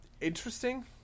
interesting